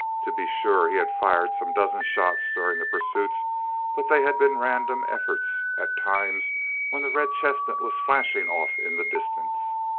to be sure he had fired some dozen shots during the pursuits but they had been random efforts at times when the red chestnut was flashing off in the distance,